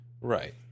right